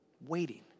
waiting